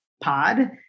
pod